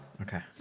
Okay